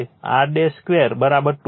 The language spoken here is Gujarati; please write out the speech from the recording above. આ ઇક્વેશન 4 છે